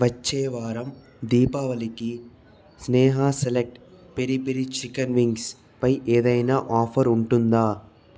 వచ్చే వారం దీపావళికి Sneha select peri peri chicken wings పై ఏదైనా ఆఫర్ ఉంటుందా